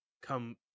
come